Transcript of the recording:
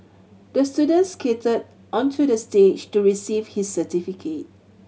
the student skated onto the stage to receive his certificate